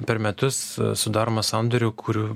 per metus sudaroma sandorių kurių